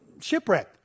shipwreck